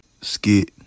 skit